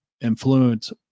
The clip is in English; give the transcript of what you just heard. influence